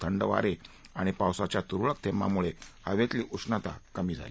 थंड वारे आणि पावसाच्या तुरळक थेंबामुळे हवेतली ऊष्णता कमी झाली